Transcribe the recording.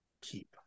keep